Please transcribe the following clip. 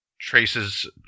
traces